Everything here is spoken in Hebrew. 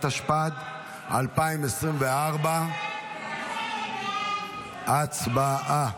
התשפ"ד 2024. הצבעה.